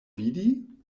vidi